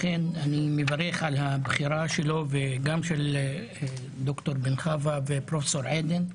אני מברך על הבחירה שלו וגם של דוקטור בר-חוה ופרופסור עדן.